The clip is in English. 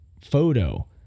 photo